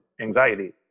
anxiety